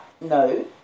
no